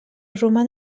roman